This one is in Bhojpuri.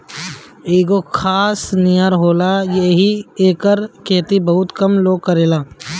इ एगो घास नियर होला येही से एकर खेती बहुते कम लोग करेला